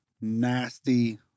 nasty